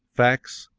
facts,